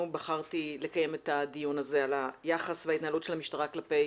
בחרתי לקיים את הדיון הזה על היחס וההתנהלות של המשטרה כלפי